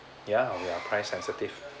ya we are price sensitive